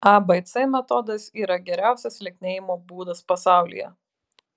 abc metodas yra geriausias lieknėjimo būdas pasaulyje